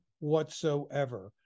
whatsoever